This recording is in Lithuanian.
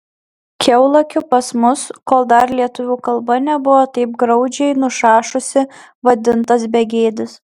kiaulakiu pas mus kol dar lietuvių kalba nebuvo taip graudžiai nušašusi vadintas begėdis